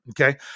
okay